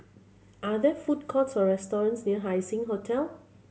are there food courts or restaurants near Haising Hotel